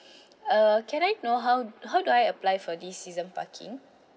uh can I know how how do I apply for this season parking